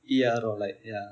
P_R or like ya